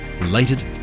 related